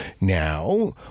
now